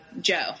Joe